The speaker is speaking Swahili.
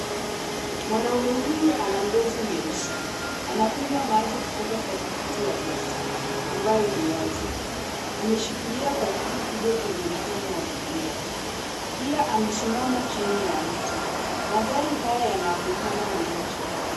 Mwanaume huyu ana ngozi nyeusi, anakunywa maji kutoka pakiti ya plastiki ambayonii wazi, ameshikilia pakiti hiyo kwenye mkono wa kulia. Pia amesimama chini ya mti, mandhari haya yanaonekana ni nje.